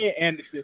Anderson